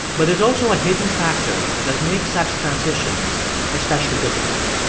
but there's also a hidden factor that makes such transitions especially difficult.